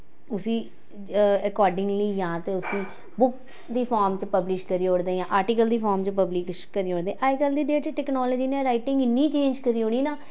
उस्सी अकार्डिंगली यां ते उस्सी बुक्क दी फार्म च पब्लिश करी ओड़दे यां आर्टिकल दी फार्म च पब्लिश करी ओड़दे अजकल्ल दी डेट च टेक्नोलाजी नै राइटिंग इन्नी चेंज करी ओड़ी ना